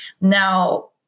Now